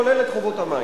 כולל את חובות המים.